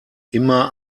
immer